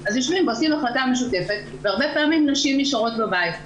אז יושבים ועושים החלטה משותפת והרבה פעמים נשים נשארות בבית.